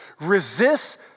resist